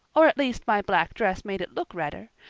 or at least my black dress made it look redder,